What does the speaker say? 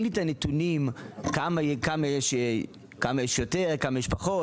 לי את הנתונים של כמה יש יותר וכמה יש פחות,